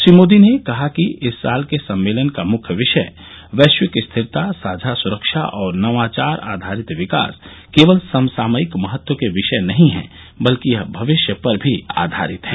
श्री मोदी ने कहा कि इस साल के सम्मेलन का मुख्य विषय वैश्विक स्थिरता साझा सुरक्षा और नवाचार आधारित विकास केवल समसामयिक महत्व के विषय नहीं हैं बल्कि यह भविष्य पर भी आधारित है